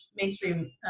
mainstream